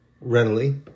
readily